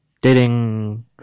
dating